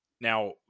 Now